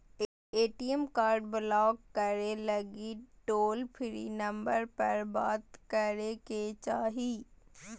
ATM card block करे लगी toll free number पर बात करे के चाही